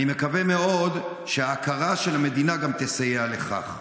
אני מקווה מאוד שההכרה של המדינה גם תסייע לכך.